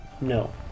No